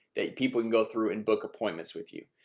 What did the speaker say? they people can go through and book appointments with you.